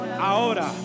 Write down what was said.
Ahora